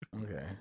Okay